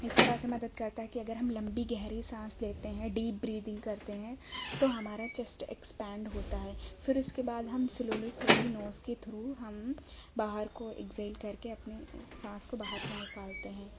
اس طرح سے مدد کرتا ہے کہ اگر ہم لمبی گہری سانس لیتے ہیں ڈیپ بریدنگ کرتے ہیں تو ہمارا جسٹ اکسپینڈ ہوتا ہے پھر اس کے بعد ہم سلولی سلولی نوز کے تھرو ہم باہر کو اکزیل کر کے اپنی سانس کو باہر کو نکالتے ہیں